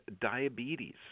Diabetes